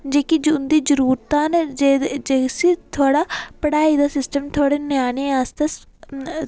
जेह्की उं'दी जरूरतां न जिसी थुआढ़ा पढ़ाई दा सिस्टम थुआढ़ा ञ्यानें आस्तै